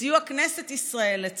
בסיוע כנסת ישראל, לצערי,